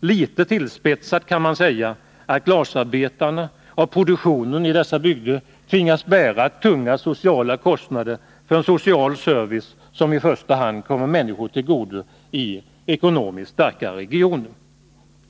Litet tillspetsat kan man säga att glasarbetarna och produktionen i dessa bygder tvingas bära tunga sociala kostnader för en social service som i första hand kommer människor till godo i ekonomiskt starkare regioner.